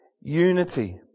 unity